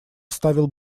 оставил